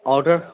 outer